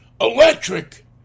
Electric